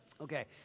Okay